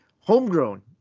homegrown